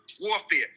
warfare